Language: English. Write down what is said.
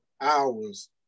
hours